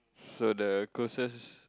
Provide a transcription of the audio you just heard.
so the closest